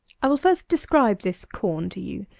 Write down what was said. i will first describe this corn to you.